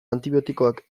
antibiotikoak